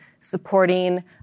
supporting